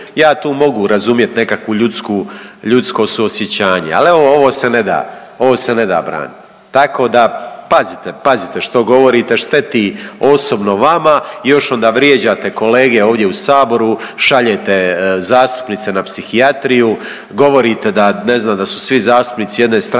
ja tu mogu razumjet nekakvo ljudsko suosjećanje, ali evo ovo se ne da, ovo se ne da branit. Tako da pazite, pazite što govorite šteti osobno vama i još onda vrijeđate kolege ovdje u Saboru, šaljete zastupnice na psihijatriju, govorite ne znam da su svi zastupnici jedne stranke